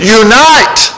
unite